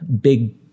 big